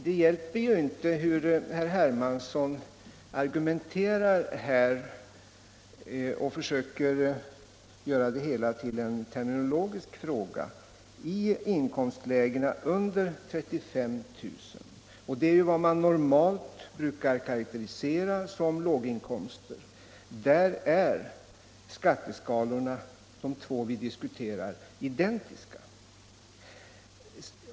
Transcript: Det hjälper inte hur herr Hermansson argumenterar och försöker göra det hela till en terminologisk fråga. För inkomster under 35 000 kr., vilka man normalt brukar karakterisera såsom låginkomster, är de två skatteskalor som vi diskuterar identiska.